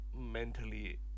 Mentally